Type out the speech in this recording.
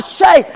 say